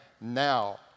Now